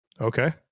Okay